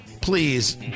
Please